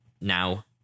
now